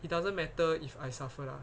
it doesn't matter if I suffer lah